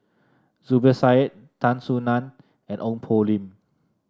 Zubir Said Tan Soo Nan and Ong Poh Lim